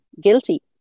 guilty